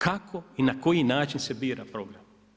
Kako i na koji način se bira program?